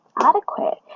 adequate